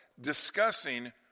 discussing